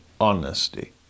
honesty